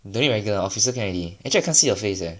any regular officer can already actually I can't see your face leh